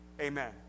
Amen